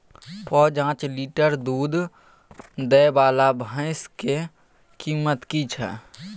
प जॉंच लीटर दूध दैय वाला भैंस के कीमत की हय?